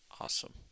Awesome